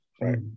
Right